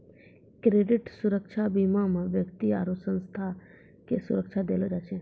credit सुरक्षा बीमा मे व्यक्ति आरु संस्था के सुरक्षा देलो जाय छै